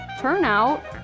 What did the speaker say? turnout